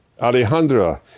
Alejandra